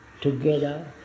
together